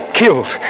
killed